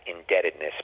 indebtedness